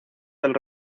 del